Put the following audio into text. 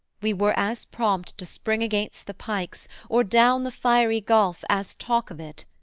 we were as prompt to spring against the pikes, or down the fiery gulf as talk of it,